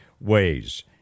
ways